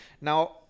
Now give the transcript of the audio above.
Now